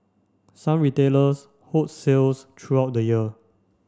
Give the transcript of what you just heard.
some retailers hold sales throughout the year